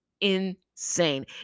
insane